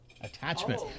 Attachment